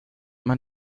man